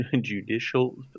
judicial